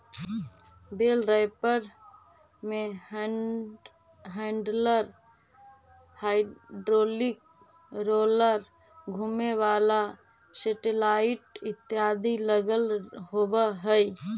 बेल wrapper में handler, hydraulic roller, घुमें वाला सेटेलाइट इत्यादि लगल होवऽ हई